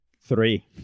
three